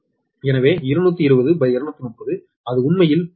எனவே 220230 அது உண்மையில் 0